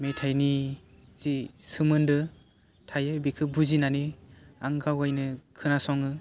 मेथाइनि जि सोमोनदै थायो बेखो बुजिनानै आं गावगायनो खोनासङो